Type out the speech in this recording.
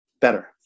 better